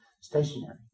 stationary